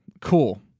Cool